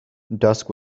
dusk